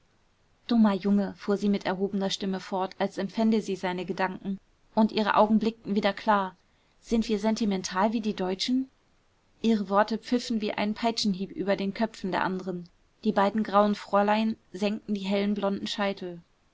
dummer junge fuhr sie mit erhobener stimme fort als empfände sie seine gedanken und ihre augen blickten wieder klar sind wir sentimental wie die deutschen ihre worte pfiffen wie ein peitschenhieb über den köpfen der anderen die beiden grauen fräulein senkten die hellen blonden scheitel